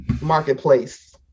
marketplace